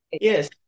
Yes